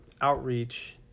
outreach